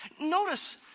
Notice